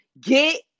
Get